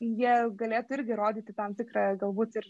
jie galėtų irgi rodyti tam tikra galbūt ir